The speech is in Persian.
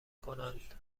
کنند